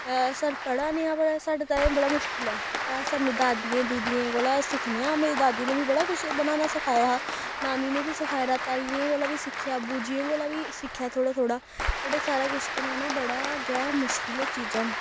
अस हल्ली पढ़ा ने आं पर साढ़े ताईं एह् बड़ा मुश्कल ऐ अस अपनी दादियें दूदियें कोला सिक्खने आं मेरी दादी ने मी बड़ा कुछ बनाना सखाया हा नानी ने बी सखाए दा ताइयें कोला बी सिक्खेआ बूजियें कोला बी सिक्खेआ थोह्ड़ा थोह्ड़ा बट एह् सारा कुछ बनाना बड़ा गै मुश्किल चीजां न